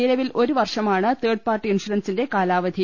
നില വിൽ ഒരുവർഷമാണ് തേർഡ് പാർട്ടി ഇൻഷൂറൻസിന്റെ കാലാവധി